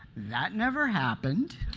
that never happened.